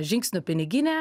žingsnių piniginė